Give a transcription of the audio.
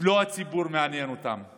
שלא הציבור מעניין אותם,